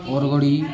ଓରଗୋଡ଼ି